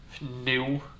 new